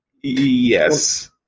Yes